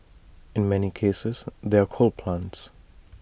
in many cases they're coal plants